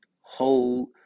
hold